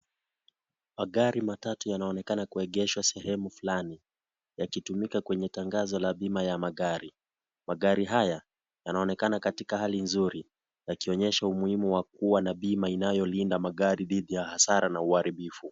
Magari matatu yanaonekana kuegeshwa sehemu fulani kwenye tangazo la bima ya magari. Magari haya yanaonekana katika hali nzuri yakionyesha umuhimu wa kuwa na bima inayo linda magari didhi ya hasara na uaribifu.